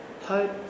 hope